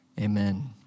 amen